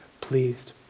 pleased